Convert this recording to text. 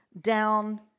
down